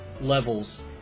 levels